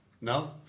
No